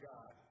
God